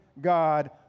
god